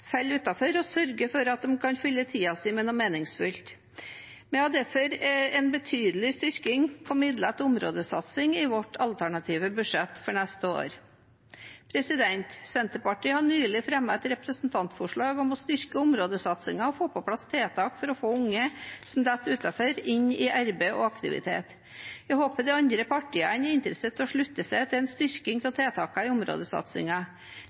og sørge for at de kan fylle tiden sin med noe meningsfylt. Vi har derfor en betydelig styrking av midler til områdesatsing i vårt alternative budsjett for neste år. Senterpartiet har nylig fremmet et representantforslag om å styrke områdesatsingene og få på plass tiltak for å få unge som faller utenfor, inn i arbeid og aktivitet. Jeg håper de andre partiene er interessert i å slutte seg til en styrking av tiltakene i